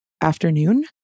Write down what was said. afternoon